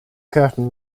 curtain